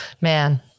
man